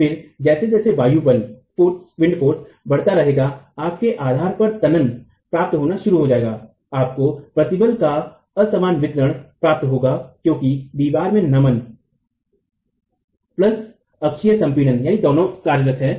फिर जैसे जैसे वायु बल बढ़ता रहेगाआपके आधार पर तनन प्राप्त होना शरू हो जायेगाआपको प्रतिबल का असमान वितरण प्राप्त होगा क्योंकि दीवारमें नमन और प्लस अक्षिये संपीडन है